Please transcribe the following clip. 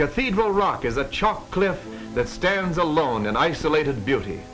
cathedral rock is a chalk cliffs that stands alone and isolated beauty